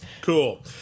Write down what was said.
Cool